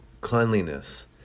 cleanliness